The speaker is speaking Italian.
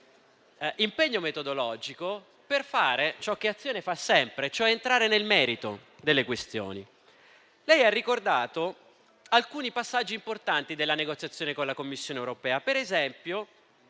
impegno metodologico proprio per fare ciò che Azione fa sempre, ossia entrare nel merito delle questioni. Lei ha ricordato alcuni passaggi importanti della negoziazione con la Commissione europea. Per esempio,